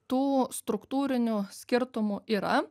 tų struktūrinių skirtumų yra